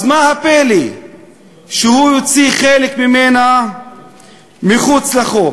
אז מה הפלא שהוא יוציא חלק ממנה מחוץ לחוק?